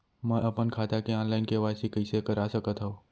मैं अपन खाता के ऑनलाइन के.वाई.सी कइसे करा सकत हव?